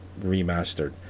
remastered